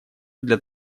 для